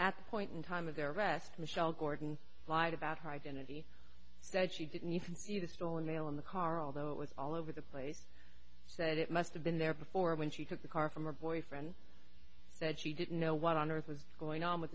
at that point in time of their arrest michelle gordon lied about her identity that she didn't even see the stolen mail in the car although it was all over the place said it must have been there before when she took the car from her boyfriend said she didn't know what on earth was going on with